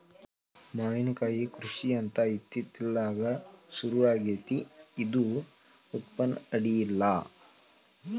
ಮಾವಿನಕಾಯಿ ಕೃಷಿ ಅಂತ ಇತ್ತಿತ್ತಲಾಗ ಸುರು ಆಗೆತ್ತಿ ಇದು ಉತ್ಪನ್ನ ಅಡಿಯಿಲ್ಲ